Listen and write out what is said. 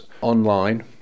online